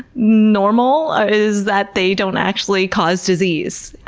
normal is that they don't actually cause disease.